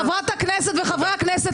חברת הכנסת וחברי הכנסת,